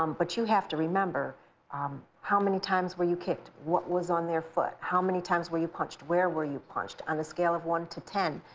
um but you have to remember um how many times were you kicked, what was on their foot, how many times were you punched, where were you punched? on a scale of one to ten,